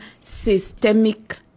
systemic